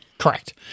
Correct